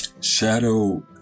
Shadow